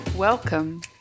Welcome